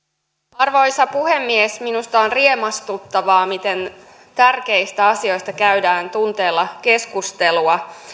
arvoisa puhemies minusta on riemastuttavaa miten tärkeistä asioista käydään tunteella keskustelua